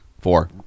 Four